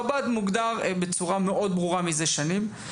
חב"ד מוגדר בצורה מאוד ברורה זה שנים,